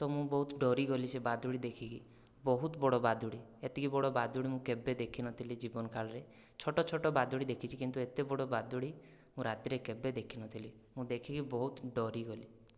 ତ ମୁଁ ବହୁତ ଡରିଗଲି ସେ ବାଦୁଡ଼ି ଦେଖିକି ବହୁତ ବଡ଼ ବାଦୁଡ଼ି ଏତିକି ବଡ଼ ବାଦୁଡ଼ି ମୁଁ କେବେ ଦେଖିନଥିଲି ଜୀବନକାଳରେ ଛୋଟ ଛୋଟ ବାଦୁଡ଼ି ଦେଖିଛି କିନ୍ତୁ ଏତେ ବଡ଼ ବାଦୁଡ଼ି ମୁଁ ରାତିରେ କେବେ ଦେଖିନଥିଲି ମୁଁ ଦେଖିକି ବହୁତ ଡରିଗଲି